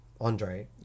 Andre